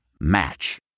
Match